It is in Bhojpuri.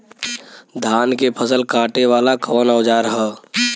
धान के फसल कांटे वाला कवन औजार ह?